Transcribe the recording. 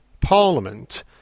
Parliament